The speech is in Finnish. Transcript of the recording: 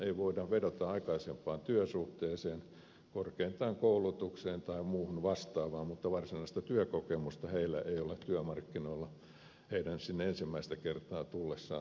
ei voida vedota aikaisempaan työsuhteeseen korkeintaan koulutukseen tai muuhun vastaavaan mutta varsinaista työkokemusta heillä ei ole työmarkkinoilla heidän sinne ensimmäistä kertaa tulleessaan tarjolle